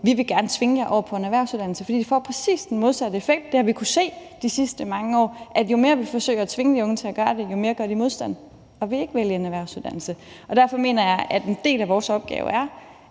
Vi vil gerne tvinge jer over på en erhvervsuddannelse. For det får præcis den modsatte effekt. Vi har kunnet se de sidste mange år, at jo mere vi forsøger at tvinge de unge til at gøre det, jo mere gør de modstand og vil ikke vælge en erhvervsuddannelse. Derfor mener jeg, at en del af vores opgave er,